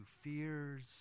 fears